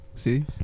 See